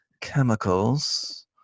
chemicals